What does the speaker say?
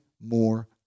more